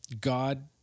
god